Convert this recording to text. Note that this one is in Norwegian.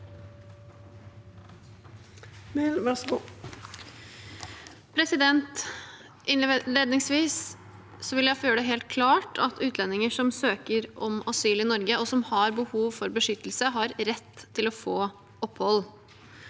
Innledningsvis vil jeg få gjøre det helt klart at utlendinger som søker om asyl i Norge og som har behov for beskyttelse, har rett til å få opphold.